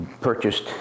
purchased